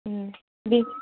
बे